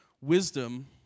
wisdom